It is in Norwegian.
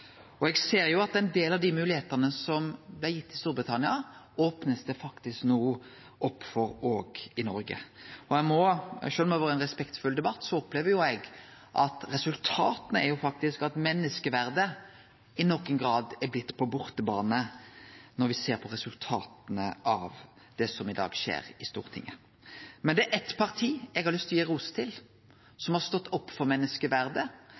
Storbritannia. Eg ser at ein del av dei moglegheitene som blir gitt i Storbritannia, opnar ein no faktisk opp for òg i Noreg. Sjølv om det har vore ein respektfull debatt, opplever eg at menneskeverdet i nokon grad er kome «på bortebane» når me ser på resultatet av det som i dag skjer i Stortinget. Men det er eitt parti eg har lyst å gi ros til, som har stått opp for menneskeverdet,